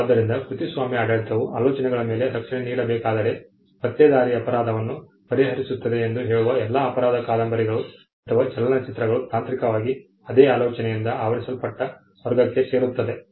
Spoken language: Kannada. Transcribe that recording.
ಆದ್ದರಿಂದ ಕೃತಿಸ್ವಾಮ್ಯ ಆಡಳಿತವು ಆಲೋಚನೆಗಳ ಮೇಲೆ ರಕ್ಷಣೆ ನೀಡಬೇಕಾದರೆ ಪತ್ತೇದಾರಿ ಅಪರಾಧವನ್ನು ಪರಿಹರಿಸುತ್ತದೆ ಎಂದು ಹೇಳುವ ಎಲ್ಲಾ ಅಪರಾಧ ಕಾದಂಬರಿಗಳು ಅಥವಾ ಚಲನಚಿತ್ರಗಳು ತಾಂತ್ರಿಕವಾಗಿ ಅದೇ ಆಲೋಚನೆಯಿಂದ ಆವರಿಸಲ್ಪಟ್ಟ ವರ್ಗಕ್ಕೆ ಸೇರುತ್ತವೆ